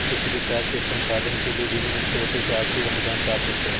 किसी भी कार्य के संपादन के लिए विभिन्न स्रोतों से आर्थिक अनुदान प्राप्त होते हैं